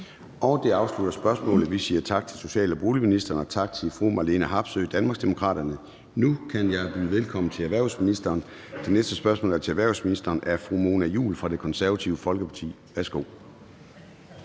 Det afslutter spørgsmålet, og vi siger tak til social- og boligministeren og tak til fru Marlene Harpsøe, Danmarksdemokraterne. Nu kan jeg byde velkommen til erhvervsministeren, for det næste spørgsmål er til erhvervsministeren af fru Mona Juul fra Det Konservative Folkeparti. Kl.